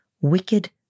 wicked